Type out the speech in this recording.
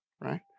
Right